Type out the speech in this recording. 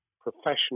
professional